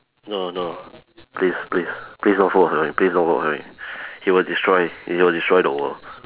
no no please please please don't vote for him please don't vote for him he will destroy he will destroy the world